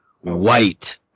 white